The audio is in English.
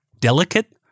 delicate